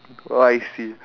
oh I see